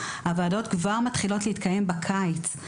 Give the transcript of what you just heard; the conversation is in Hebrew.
הוועדות כבר מתחילות להתקיים בקיץ.